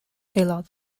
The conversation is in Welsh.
aelod